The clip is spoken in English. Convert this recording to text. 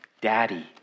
Daddy